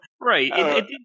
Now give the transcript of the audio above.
Right